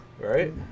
right